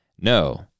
No